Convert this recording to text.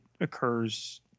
occurs